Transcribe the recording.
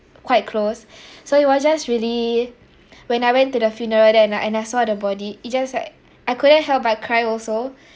quite close so it was just really when I went to the funeral then uh and I saw the body it just like I couldn't help but cry also